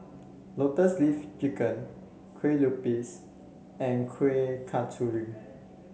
Lotus Leaf Chicken Kue Lupis and Kuih Kasturi